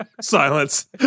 Silence